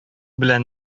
белән